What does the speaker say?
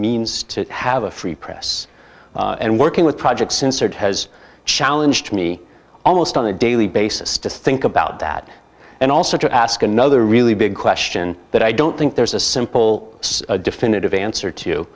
means to have a free press and working with projects insert has challenged me almost on a daily basis to think about that and also to ask another really big question that i don't think there's a simple definitive answer to